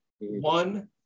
One